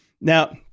Now